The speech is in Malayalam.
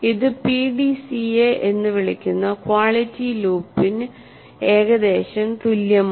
ഇത് പിഡിസിഎ എന്ന് വിളിക്കുന്ന ക്വാളിറ്റി ലൂപ്പിന് TALE 1 ൽ സൂചിപ്പിച്ചിരിക്കുന്നു ഏകദേശം തുല്യമാണ്